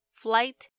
flight